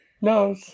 No